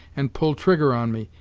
and pulled trigger on me,